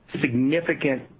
significant